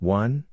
one